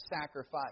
sacrifice